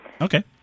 Okay